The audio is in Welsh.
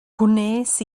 gwnes